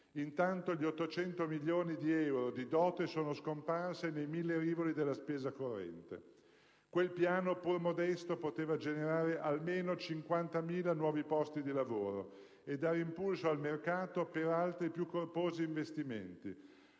Intanto, gli 800 milioni di euro di dote sono scomparsi nei mille rivoli della spesa corrente. Quel piano, pur modesto, poteva generare almeno 50.000 nuovi posti di lavoro e dare impulso al mercato per altri più corposi investimenti,